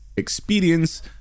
experience